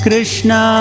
Krishna